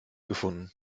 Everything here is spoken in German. gefunden